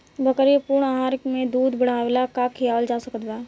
बकरी के पूर्ण आहार में दूध बढ़ावेला का खिआवल जा सकत बा?